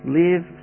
live